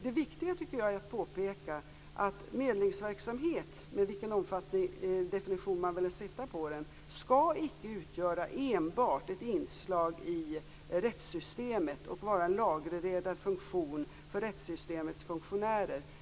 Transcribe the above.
Det viktiga tycker jag är att påpeka att medlingsverksamhet, oavsett vilken definition man vill ge den, icke enbart skall utgöra ett inslag i rättssystemet och vara en lagreglerad funktion för rättssystemets funktionärer.